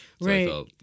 Right